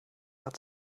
hat